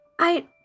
I-